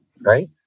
right